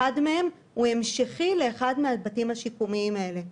אחד מהם הוא המשכי לאחד מהבתים השיקומיים האלה.